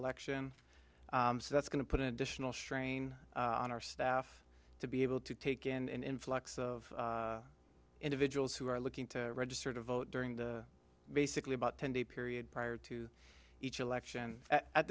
election so that's going to put an additional strain on our staff to be able to take and influx of individuals who are looking to register to vote during the basically about ten day period prior to each election at